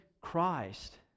Christ